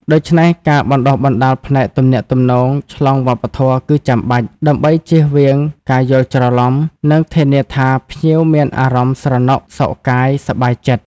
ដូច្នេះ ការបណ្តុះបណ្តាលផ្នែកទំនាក់ទំនងឆ្លងវប្បធម៌គឺចាំបាច់ ដើម្បីចៀសវាងការយល់ច្រឡំ និងធានាថាភ្ញៀវមានអារម្មណ៍ស្រណុកសុខកាយ សប្បាយចិត្ត។